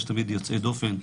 יש תמיד יוצאי דופן,